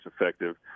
effective